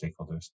stakeholders